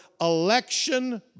election